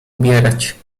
ubierać